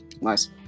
Nice